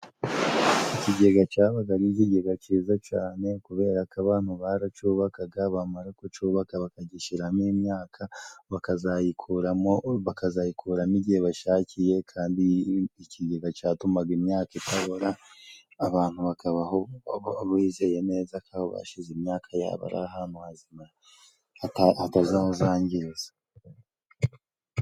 Ikigega cabaga ari ikigega cyiza cane, kubera ko abantu baracubakaga bamara kucubaka bakagishiramo imyaka, bakazayikuramo bakazayikuramo igihe bashakiye. Kandi ikigega catumaga imyaka itabora, abantu bakabaho bizeye neza ko aho bashize imyaka yabo, ari ahantu hazima hatazazangiza.